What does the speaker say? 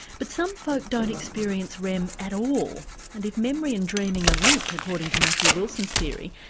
but some folk don't experience rem at all, and if memory and dreaming are linked according to matthew wilson's theory,